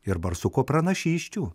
ir barsuko pranašysčių